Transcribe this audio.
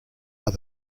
are